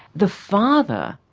the father,